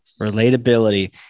Relatability